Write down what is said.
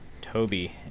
Toby